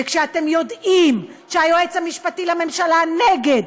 וכשאתם יודעים שהיועץ המשפטי לממשלה נגד,